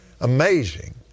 amazing